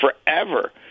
forever